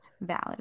valid